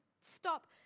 stop